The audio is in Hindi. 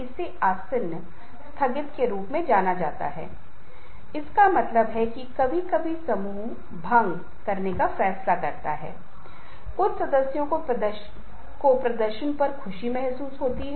यदि कोई व्यक्ति अच्छा श्रोता नहीं है यदि नेता नहीं सुन रहा है क्योंकि सुनना स्वयं हमारे जीवन में एक महान बात है